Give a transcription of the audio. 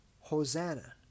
Hosanna